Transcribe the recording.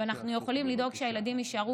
ואנחנו יכולים לדאוג שהילדים יישארו